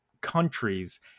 countries